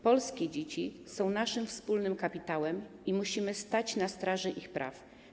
Polskie dzieci są naszym wspólnym kapitałem i musimy stać na straży ich praw.